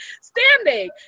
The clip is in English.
standing